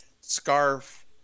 scarf